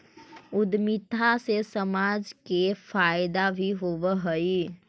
उद्यमिता से समाज के फायदा भी होवऽ हई